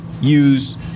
use